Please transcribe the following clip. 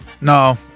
No